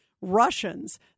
Russians